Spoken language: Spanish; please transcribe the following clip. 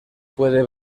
puede